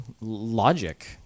logic